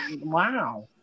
Wow